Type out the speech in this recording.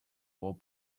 whole